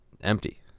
empty